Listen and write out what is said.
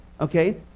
okay